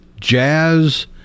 jazz